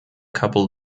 couple